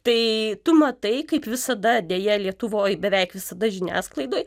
tai tu matai kaip visada deja lietuvoj beveik visada žiniasklaidoj